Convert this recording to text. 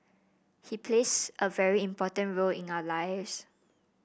he plays a very important role in our lives